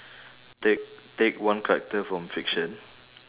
take take one character from fiction